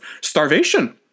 starvation